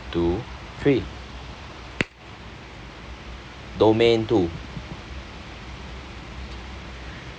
two three domain two